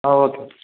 okay